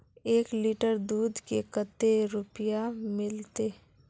एक लीटर दूध के कते रुपया मिलते?